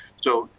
so,